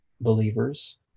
believers